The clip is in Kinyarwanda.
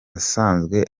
asanzwe